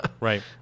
Right